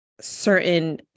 certain